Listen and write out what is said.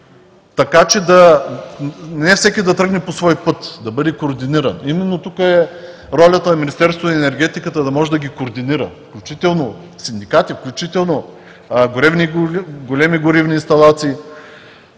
така че не всеки да тръгне по свой път, да бъде координиран. Именно тук е ролята на Министерство на енергетиката – да може да ги координира, включително синдикати, включително големи горивни инсталации,